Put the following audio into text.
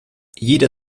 jeder